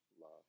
love